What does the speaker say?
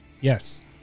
Yes